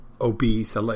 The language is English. obese